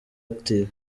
active